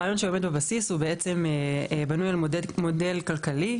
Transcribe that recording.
הרעיון שעומד בבסיס הוא בעצם בנוי על מודל כלכלי,